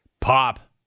Pop